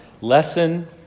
lesson